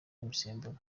imisemburo